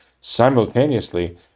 simultaneously